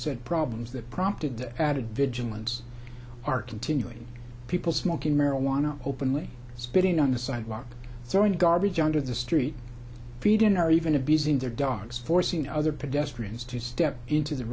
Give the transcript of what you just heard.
said problems that prompted the added vigilance are continuing people smoking marijuana openly spitting on the sidewalk so in garbage under the street feeding are even abusing their dogs forcing other pedestrians to step into the